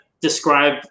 describe